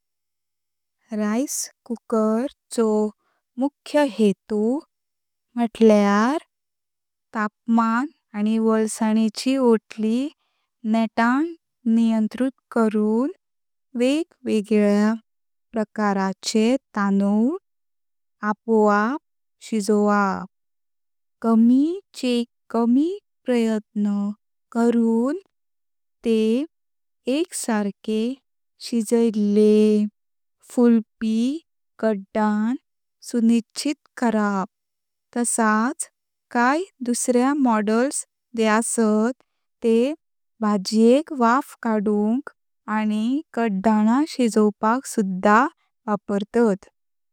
Rice cooker चो मुखय हेतु म्हुटल्यार तापमान आनी वोलसांची ॲतली नेतान नियंत्रुत करून वेगवेगळ्या प्रकाराचे तांदुळ आपोआप शिजोवप। कामी चे कामी प्रयत्न करून तेह एकसारके शिजयल्ले, फुलपी कडदान सुनिश्चित करप। तसच काए दुसर्ये मॉडेल्स जे असात तेह भाजियेक वाफ कडूनक आनी कडदाना शिजोवपाक सुद्धा वापरतात।